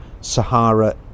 Sahara